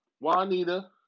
Juanita